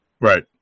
Right